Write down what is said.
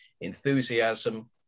enthusiasm